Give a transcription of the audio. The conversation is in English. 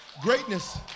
greatness